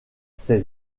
ces